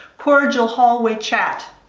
cordial hallway chat,